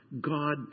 God